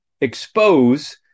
expose